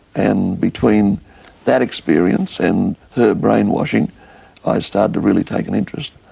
and between that experience and her brainwashing i started to really take an interest,